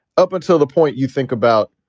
up until the point you think about,